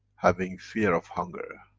having fear of hunger.